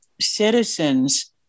citizens